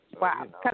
Wow